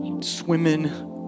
swimming